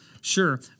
Sure